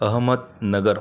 Ahmednagar